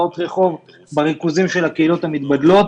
גם הודעות רחוב בריכוזים של הקהילות המתבדלות.